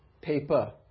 paper